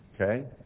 Okay